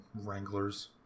wranglers